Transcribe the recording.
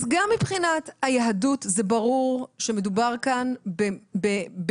אז גם מבחינת היהדות זה ברור שמדובר כאן בחוק.